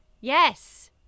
Yes